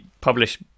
publish